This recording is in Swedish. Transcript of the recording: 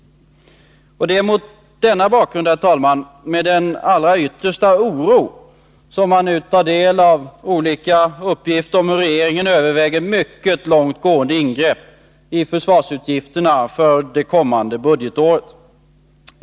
Det är mot denna bakgrund, herr talman, med den allra största oro som man nu tar del av olika uppgifter om hur regeringen överväger mycket långt gående ingrepp i försvarsutgifterna för det kommande budgetåret.